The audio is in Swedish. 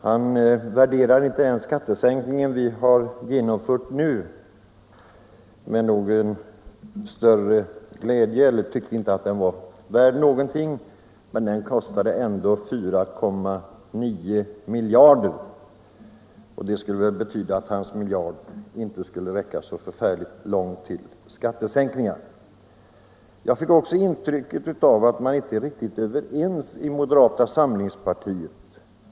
Han värderade inte den skattesänkning vi nu genomfört särskilt högt och tyckte inte att den var värd någonting, men den kostade ändå 4,9 miljarder kr. Det skulle väl betyda att hans miljard inte skulle räcka så förfärligt långt för skattesänkningar. Jag fick också intrycket av att man inte är riktigt överens inom moderata samlingspartiet.